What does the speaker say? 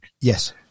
Yes